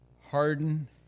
harden